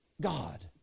God